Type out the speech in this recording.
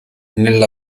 nella